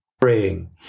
praying